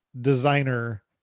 designer